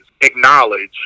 acknowledge